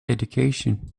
education